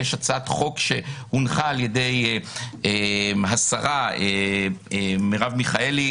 יש הצעת חוק שהונחה על ידי השרה מרב מיכאלי,